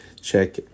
Check